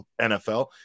NFL